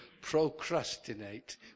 procrastinate